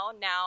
Now